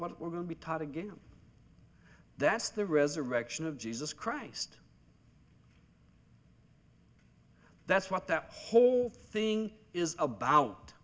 what we're going to be taught again that's the resurrection of jesus christ that's what that whole thing is about